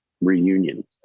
reunion